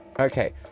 Okay